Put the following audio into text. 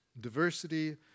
diversity